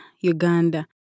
Uganda